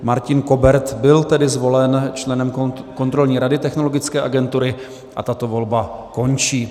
Martin Kobert byl tedy zvolen členem Kontrolní rady Technologické agentury a tato volba končí.